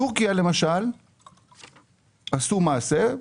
תורכיה למשל עשו מעשה,